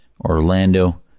Orlando